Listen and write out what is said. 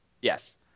yes